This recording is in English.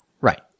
right